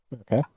Okay